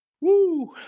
Woo